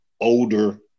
older